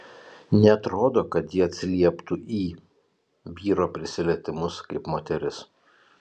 neatrodo kad ji atsilieptų į vyro prisilietimus kaip moteris